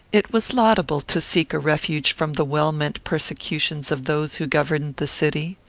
it was laudable to seek a refuge from the well-meant persecutions of those who governed the city.